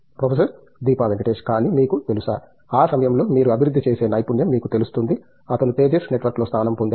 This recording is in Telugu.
ప్రొఫెసర్ దీపా వెంకటేష్ కానీ మీకు తెలుసా ఆ సమయంలో మీరు అభివృద్ధి చేసే నైపుణ్యం మీకు తెలుస్తుంది అతను తేజస్ నెట్వర్క్స్లో స్థానం పొందాడు